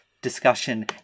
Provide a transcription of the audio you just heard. discussion